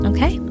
Okay